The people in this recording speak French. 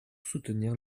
soutenir